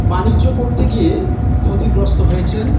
বাণিজ্য করতে গিয়ে ক্ষতিগ্রস্ত হয়েছেন